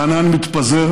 הענן מתפזר